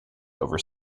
over